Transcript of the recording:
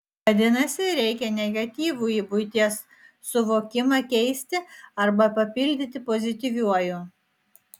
vadinasi reikia negatyvųjį buities suvokimą keisti arba papildyti pozityviuoju